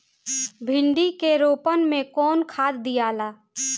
भिंदी के रोपन मे कौन खाद दियाला?